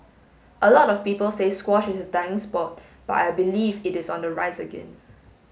a lot of people say squash is a dying sport but I believe it is on the rise again